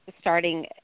starting